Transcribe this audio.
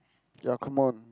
ya come on